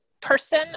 person